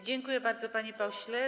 Dziękuję bardzo, panie pośle.